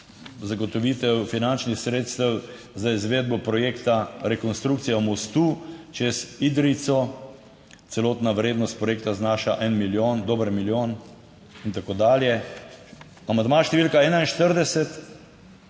zagotovitev finančnih sredstev za izvedbo projekta rekonstrukcija mostu čez Idrijco, celotna vrednost projekta znaša en milijon, dober milijon in tako dalje. Amandma številka 41.